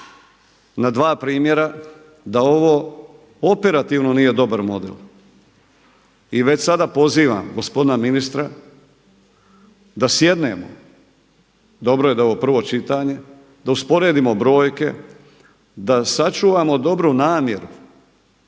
na dva primjera da ovo operativno nije dobar model. I već sada pozivam gospodina ministra, da sjednemo, dobro je da je ovo prvo čitanje, da usporedimo brojke, da sačuvamo dobru namjeru